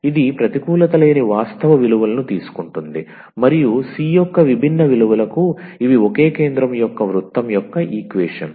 ఇది ప్రతికూలత లేని వాస్తవ విలువలను తీసుకుంటుంది మరియు c యొక్క విభిన్న విలువలకు ఇవి ఒకే కేంద్రం యొక్క వృత్తం యొక్క ఈక్వేషన్ లు